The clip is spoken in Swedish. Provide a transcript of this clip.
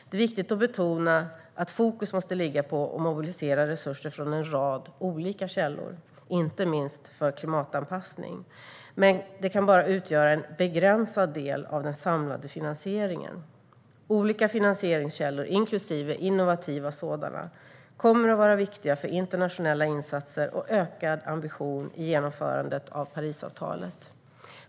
Det är viktigt att betona att fokus måste ligga på att mobilisera resurser från en rad olika källor, inte minst för klimatanpassning. Men de kan bara utgöra en begränsad del av den samlade finansieringen. Olika finansieringskällor, inklusive innovativa sådana, kommer att vara viktiga för internationella insatser och ökad ambition i genomförandet av Parisavtalet.